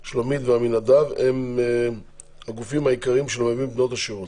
'שלומית' ו'עמינדב' הם הגופים העיקריים שמלווים את בנות השירות.